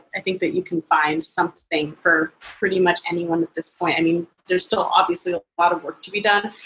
i think that you can find something for pretty much anyone at this point. i mean, there's still obviously a lot of work to be done.